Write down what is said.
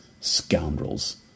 Scoundrels